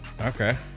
Okay